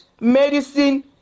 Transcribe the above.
medicine